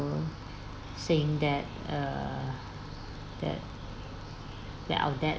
saying that err that that our dad